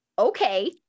Okay